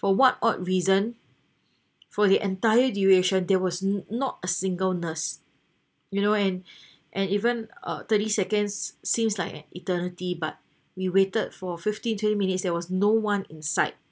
for what odd reason for the entire duration there was not a single nurse you know and and even a thirty seconds seems like an eternity but we waited for fifteen twenty minutes there was no one in sight